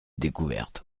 découverte